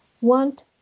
want